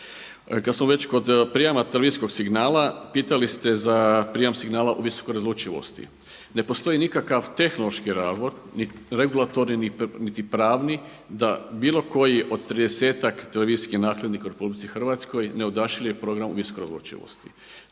Kada smo već kod prijama televizijskog signala, pitali ste za prijam signala u visokoj razlučivosti. Ne postoji nikakav tehnološki razlog ni regulatorni, niti pravni da bilo koji od 30-ak televizijskih nakladnika u RH ne odašilje program u visokoj razlučivosti.